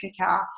cacao